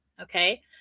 okay